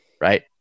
right